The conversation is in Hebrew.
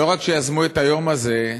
שלא רק שיזמו את היום הזה,